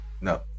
No